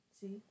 See